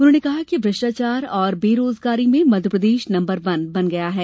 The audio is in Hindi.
उन्होंने कहा कि भ्रष्टाचार और बेरोजगारी में मध्यप्रदेश नंबर वन बन गया है